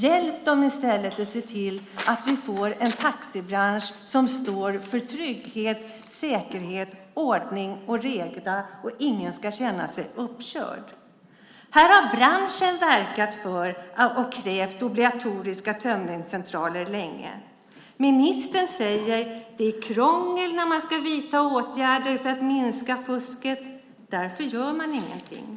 Hjälp dem i stället att se till att vi får en taxibransch som står för trygghet, säkerhet, ordning och reda så att ingen ska känna sig uppkörd. Här har branschen verkat för och krävt obligatoriska tömningscentraler länge. Ministern säger att det blir krångel när man ska vidta åtgärder för att minska fusket, och därför gör man ingenting.